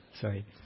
Sorry